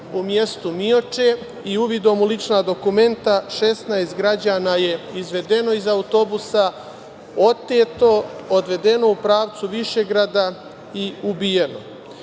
u mestu Mioče i uvidom u lična dokumenta 16 građana je izvedeno iz autobusa, oteto, odvedeno u pravcu Višegrada i ubijeno. Minimum